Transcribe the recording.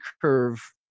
curve